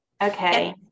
Okay